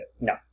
No